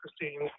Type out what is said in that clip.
Christine